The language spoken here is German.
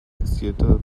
existierte